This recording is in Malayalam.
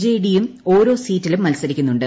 ജെഡിയും ഓരോ സീറ്റിലും മത്സരിക്കുന്നുണ്ട്